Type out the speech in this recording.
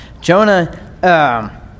Jonah